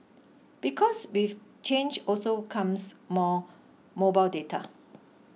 because with change also comes more mobile data